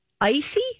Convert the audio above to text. icy